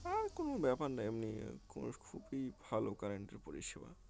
আর কোনো ব্যাপার নাই এমনি কোন খুবই ভালো কারেন্টের পরিষেবা